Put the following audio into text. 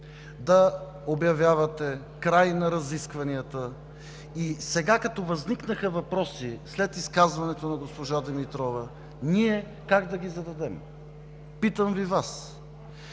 да обявявате край на разискванията. Сега, като възникнаха въпроси след изказването на госпожа Димитрова, ние как да ги зададем – питам Ви Вас,